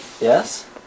Yes